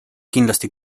kindlasti